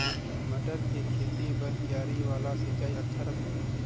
मटर के खेती बर क्यारी वाला सिंचाई अच्छा रथे?